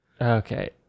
Okay